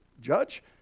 Judge